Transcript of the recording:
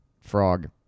frog